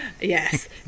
yes